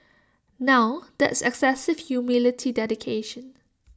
now that's excessive humility dedication